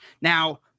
Now